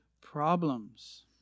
problems